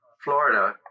Florida